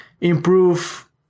improve